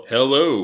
Hello